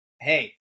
Hey